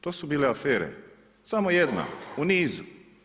To su bile afere, samo jedna u nizu.